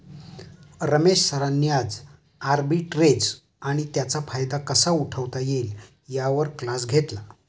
रमेश सरांनी आज आर्बिट्रेज आणि त्याचा फायदा कसा उठवता येईल यावर क्लास घेतला